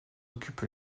occupent